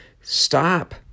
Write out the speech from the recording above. Stop